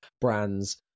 brands